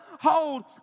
hold